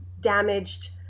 damaged